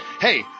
hey